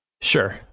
Sure